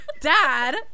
Dad